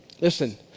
listen